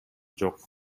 жок